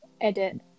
Edit